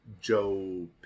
Joe